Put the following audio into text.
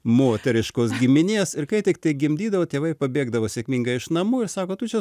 moteriškos giminės ir kai tiktai gimdydavo tėvai pabėgdavo sėkmingai iš namų ir sako tu čia